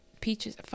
peaches